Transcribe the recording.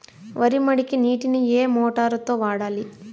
వరి మడికి నీటిని ఏ మోటారు తో వాడాలి?